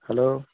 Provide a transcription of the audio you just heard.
hello